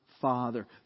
Father